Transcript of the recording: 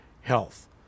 health